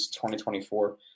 2024